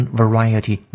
variety